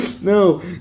no